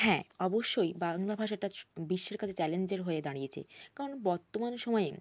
হ্যাঁ অবশ্যই বাংলা ভাষাটা বিশ্বের কাছে চ্যালেঞ্জের হয়ে দাঁড়িয়েছে কারণ বর্তমান সময়